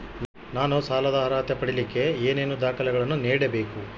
ನಾನು ಸಾಲದ ಅರ್ಹತೆ ಪಡಿಲಿಕ್ಕೆ ಏನೇನು ದಾಖಲೆಗಳನ್ನ ನೇಡಬೇಕು?